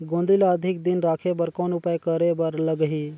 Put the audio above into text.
गोंदली ल अधिक दिन राखे बर कौन उपाय करे बर लगही?